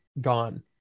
Gone